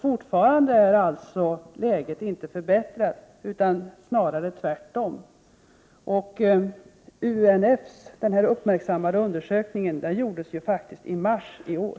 Fortfarande är alltså läget inte förbättrat utan snarare tvärtom. UNF:s uppmärksammade undersökning gjordes faktiskt i mars i år.